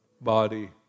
body